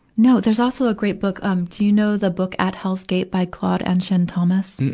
no. there's also a great book. um do you know the book, at hell's gate by claude anshin thomas?